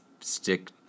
stick